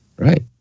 Right